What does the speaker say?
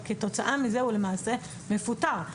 כתוצאה מזה הוא למעשה מפוטר,